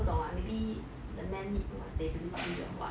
不懂啦 maybe the men need more stability or what